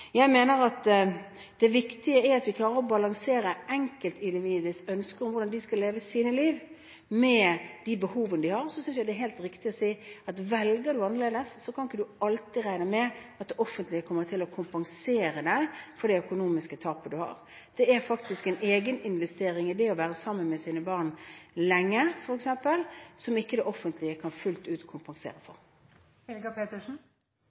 Jeg mener at det viktige er at vi klarer å balansere enkeltindividenes ønske om hvordan de skal leve sitt liv, med de behovene de har. Så synes jeg det er helt riktig å si at velger du annerledes, kan du ikke alltid regne med at det offentlige kommer til å kompensere for det økonomiske tapet du har. Det er faktisk en egeninvestering f.eks. i det å være sammen med sine barn lenge, som ikke det offentlige fullt ut kan kompensere